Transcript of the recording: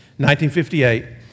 1958